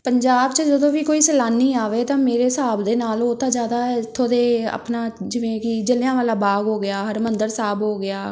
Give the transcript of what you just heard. ਪੰਜਾਬ 'ਚ ਜਦੋਂ ਵੀ ਕੋਈ ਸਲਾਨੀ ਆਵੇ ਤਾਂ ਮੇਰੇ ਹਿਸਾਬ ਦੇ ਨਾਲ ਉਹ ਤਾਂ ਜ਼ਿਆਦਾ ਇੱਥੋਂ ਦੇ ਆਪਣਾ ਜਿਵੇਂ ਕਿ ਜਲ੍ਹਿਆਂਵਾਲਾ ਬਾਗ ਹੋ ਗਿਆ ਹਰਿਮੰਦਰ ਸਾਹਿਬ ਹੋ ਗਿਆ